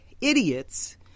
idiots